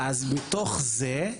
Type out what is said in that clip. מתוך זה,